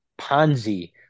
Ponzi